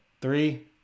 three